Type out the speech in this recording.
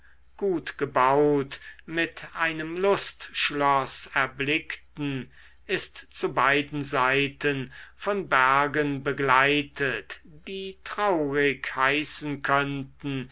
gut gebaut mit einem lustschloß erblickten ist zu beiden seiten von bergen begleitet die traurig heißen könnten